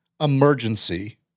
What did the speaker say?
emergency